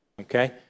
okay